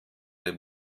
der